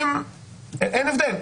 אין הבדל,